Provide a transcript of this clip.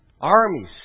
armies